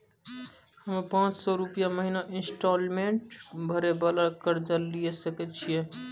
हम्मय पांच सौ रुपिया महीना इंस्टॉलमेंट भरे वाला कर्जा लिये सकय छियै?